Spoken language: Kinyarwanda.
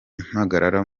impagarara